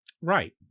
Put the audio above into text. Right